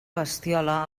bestiola